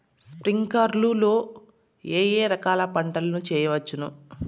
స్ప్రింక్లర్లు లో ఏ ఏ రకాల పంటల ను చేయవచ్చును?